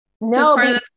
no